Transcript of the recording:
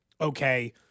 Okay